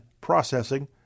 processing